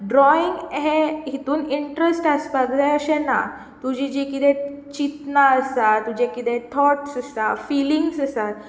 drawing हें इतून interest आसपाक जाय अशें ना तुजीं जीं कितें चितनां आसा तुजे कितें थाॅट्स आसा फिलिंग्स आसा